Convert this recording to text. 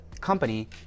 company